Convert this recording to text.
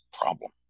problem